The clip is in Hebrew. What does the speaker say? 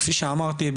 כפי שאמרתי,